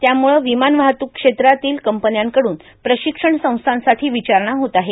त्यामुळं विमान वाहतूक क्षेत्रातील कंपन्यांकडून प्रशिक्षण संस्थांसाठी विचारणा होत आहे